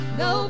no